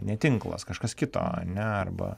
ne tinklas kažkas kito ane arba